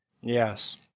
Yes